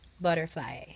Butterfly